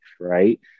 right